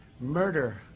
murder